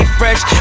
fresh